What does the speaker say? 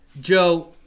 Joe